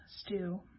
stew